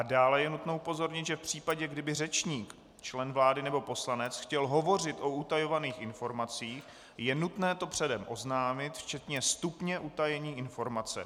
Dále je nutno upozornit, že v případě, kdyby řečník, člen vlády nebo poslanec, chtěl hovořit o utajovaných informacích, je nutné to předem oznámit, včetně stupně utajení informace.